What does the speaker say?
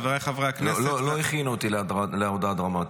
חבריי חברי הכנסת --- לא הכינו אותי להודעה דרמטית.